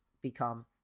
become